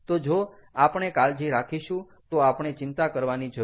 તો જો આપણે કાળજી રાખીશું તો આપણે ચિંતા કરવાની જરૂર નથી